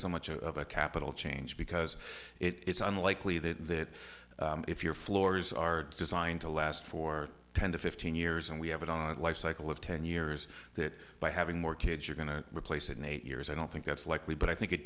so much of a capital change because it's unlikely that if your floors are designed to last for ten to fifteen years and we have it on a life cycle of ten years that by having more kids you're going to replace it in eight years i don't think that's likely but i think it